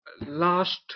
Last